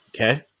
okay